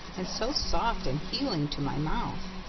and so soft and healing to my mouth.